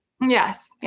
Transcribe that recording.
Yes